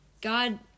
God